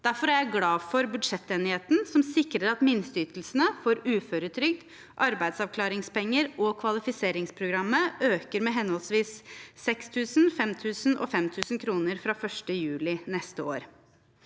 Derfor er jeg glad for budsjettenigheten som sikrer at minsteytelsene for uføretrygd, arbeidsavklaringspenger og kvalifiseringsprogrammet øker med henholdsvis 6 000 kr, 5 000 kr og 5 000 kr fra 1. juli neste år.